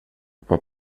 vad